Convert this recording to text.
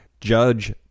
Judge